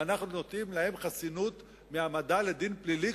ואנחנו נותנים להם חסינות מהעמדה לדין פלילי,